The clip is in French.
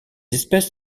espèces